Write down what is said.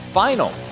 final